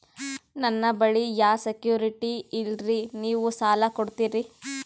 ನನ್ನ ಬಳಿ ಯಾ ಸೆಕ್ಯುರಿಟಿ ಇಲ್ರಿ ನೀವು ಸಾಲ ಕೊಡ್ತೀರಿ?